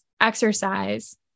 exercise